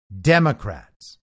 Democrats